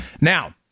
Now